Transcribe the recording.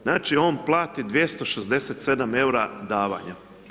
Znači on plati 267 eura davanja.